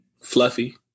Fluffy